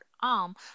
arm